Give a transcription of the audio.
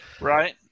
Right